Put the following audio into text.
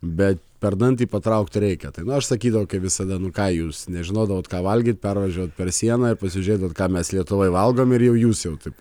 bet per dantį patraukti reikia tai nu aš sakydavau visada nu ką jūs nežinodavot ką valgyt pervažiuojat per sieną ir pasižiūrėt gal ką mes lietuvoj valgom ir jau jūs jau taip